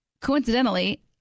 coincidentally